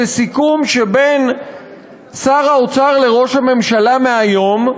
בסיכום שבין שר האוצר לראש הממשלה מהיום,